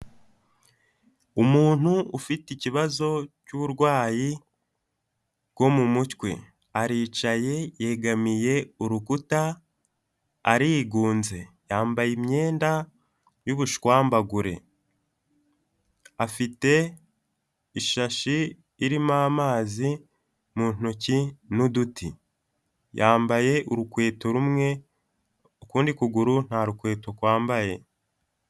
Umuntu ufite ikibazo cy'uburwayi bwo mu mutwe, aricaye yegamiye urukuta arigunze, yambaye imyenda y'ubushwambagure, afite ishashi irimo amazi mu ntoki n'uduti, yambaye urukweto rumwe, ukundi kuguru nta rukweto kwambaye.